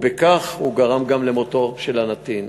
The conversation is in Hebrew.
ובכך הוא גרם גם למותו של הנתין.